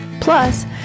plus